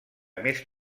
més